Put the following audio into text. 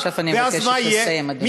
ואז מה יהיה?